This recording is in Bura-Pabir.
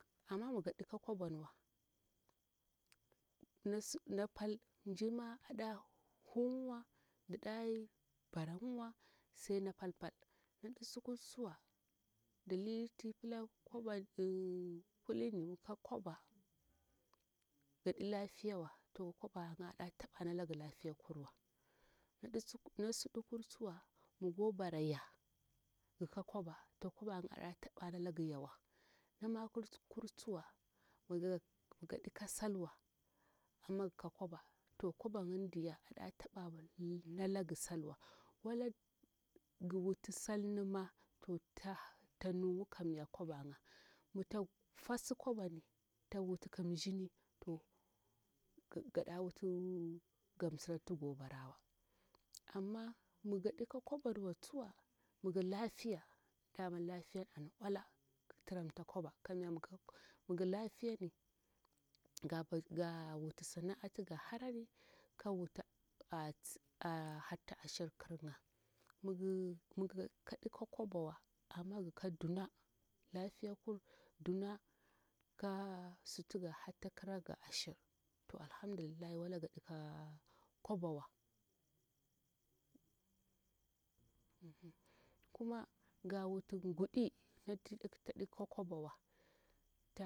Ama miga ika kwabawa na pal mjima aɗa huwa daɗayi barayiwa sai na pal pal na suɗukur tsuwa ɗalili nati pila kwaba eh kulini migka kwaba gaɗilafiyawa to kwabayin adataba nalagla fiyakurwa nasudukur tsuwa migo baraya gika kwaba to kwabayin aɗataba nalagyawa namakur tsuwa ga ikasalwa to kwabayin aɗataba nalagsalwa wala giwutu salnima to tanuyin kamya kwabayan mita fasih kwaban tawuta kam shiyin to gaɗawutu gamsira tugo barawa amma mi gaɗika kwabanwa tsuwa miga lafiya dama lafiyan an owala kitramta kwaba miglafiyani ga wutu sana'a nati gaharari gawutu a'a harti ashirkirya miga ika kwabawa ama giga duna lafiyakur duna kasunatu gahartula kiragi ashir to alhamdulillah wala ga ika kwabawa kuma gawutungud'i natu tadai ka kwabawa ta